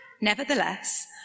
Nevertheless